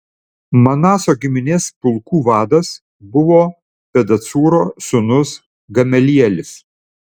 manaso giminės pulkų vadas buvo pedacūro sūnus gamelielis